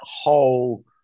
whole